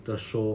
the show